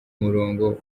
murongo